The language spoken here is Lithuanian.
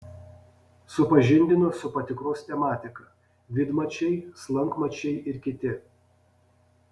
supažindino su patikros tematika vidmačiai slankmačiai ir kiti